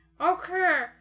Okay